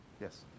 Yes